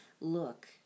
look